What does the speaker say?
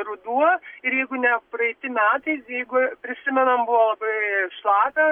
ruduo ir jeigu ne praeiti metai jeigu prisimenam buvo labai šlapia